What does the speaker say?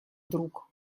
вдруг